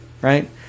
right